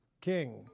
King